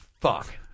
fuck